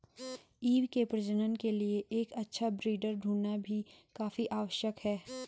ewe के प्रजनन के लिए एक अच्छा ब्रीडर ढूंढ़ना भी काफी आवश्यक है